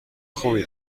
خوبی